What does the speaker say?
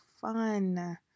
fun